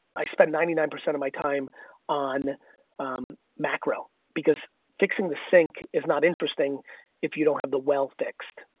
i spend ninety nine percent of my time on macro, because fixing the sink is not interesting if you don't have the well fixed,